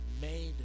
made